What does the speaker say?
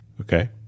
Okay